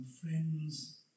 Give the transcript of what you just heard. friends